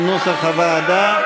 כנוסח הוועדה.